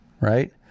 right